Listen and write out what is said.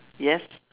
yes